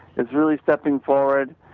it's really stepping forward,